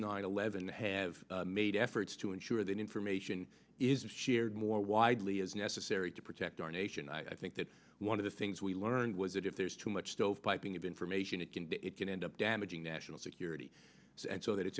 nine eleven have made efforts to ensure that information is shared more widely as necessary to protect our nation and i think that one of the things we learned was that if there's too much stove piping of information it can it can end up damaging national security so that it's